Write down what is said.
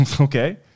okay